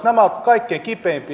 nämä ovat kaikkein kipeimpiä